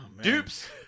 Dupes